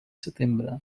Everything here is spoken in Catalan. setembre